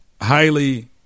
highly